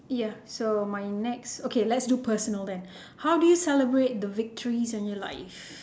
ya so my next okay let's do personal then how do you celebrate the victories in your life